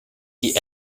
die